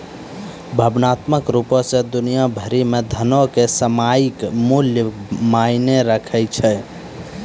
भावनात्मक रुपो से दुनिया भरि मे धनो के सामयिक मूल्य मायने राखै छै